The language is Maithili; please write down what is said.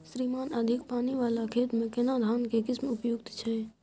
श्रीमान अधिक पानी वाला खेत में केना धान के किस्म उपयुक्त छैय?